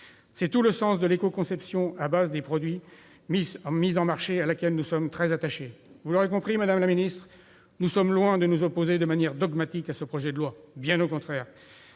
C'est tout le sens de l'éco-conception à la base des produits qui sont mis sur le marché, à laquelle nous sommes très attachés. Vous l'aurez compris, madame la secrétaire d'État, nous sommes loin de nous opposer de manière dogmatique à ce projet de loi- bien au contraire